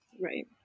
Right